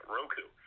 Roku